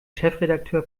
chefredakteur